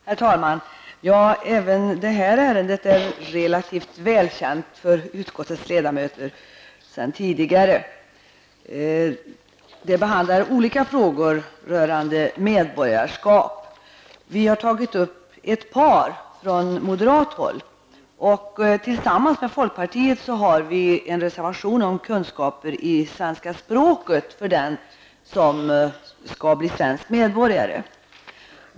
Herr talman! Även det här ärendet är relativt välkänt för utskottets ledamöter sedan tidigare. Det behandlar olika frågor rörande medborgarskap. Vi har tagit upp ett par från moderat håll, och tillsammans med folkpartiet har vi en reservation om krav på kunskaper i svenska språket för den som skall bli svensk medborgare.